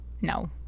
No